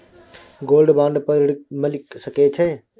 Gold bond पर ऋण मिल सके छै?